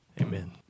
Amen